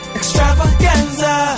extravaganza